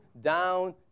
down